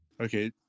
Okay